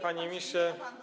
Panie Ministrze!